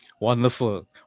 Wonderful